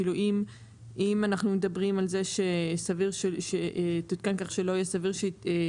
כאילו אם אנחנו מדברים על זה שסביר שתותקן כך שלא יהיה סביר שהיא